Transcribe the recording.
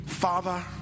Father